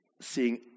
seeing